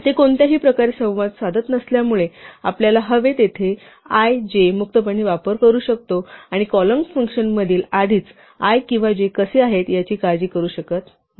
ते कोणत्याही प्रकारे संवाद साधत नसल्यामुळे आपल्याला हवे तेथे i j मुक्तपणे वापरू शकतो आणि कॉलिंग फंक्शनमध्ये आधीच i किंवा j कसे आहेत याची काळजी करू शकत नाही